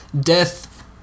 Death